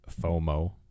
FOMO